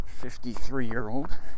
53-year-old